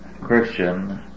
Christian